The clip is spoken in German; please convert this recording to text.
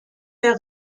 der